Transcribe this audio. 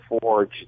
forge